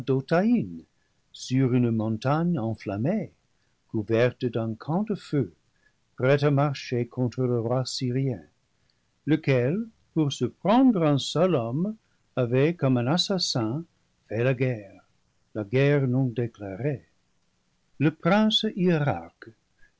dothaïn sur une montagne enflammée couverte d'un camp de feu prêt à marcher contre le roi syrien lequel pour surprendre un seul homme avait comme un assassin fait la guerre la guerre non déclarée le prince